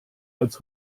als